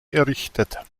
errichtet